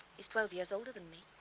he's twelve years older than me.